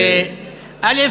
א.